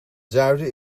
zuiden